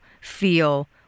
feel